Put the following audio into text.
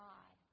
God